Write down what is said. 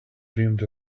dreamed